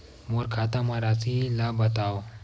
मोर खाता म राशि ल बताओ?